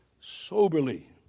soberly